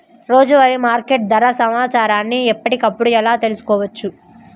రోజువారీ మార్కెట్ ధర సమాచారాన్ని ఎప్పటికప్పుడు ఎలా తెలుసుకోవచ్చు?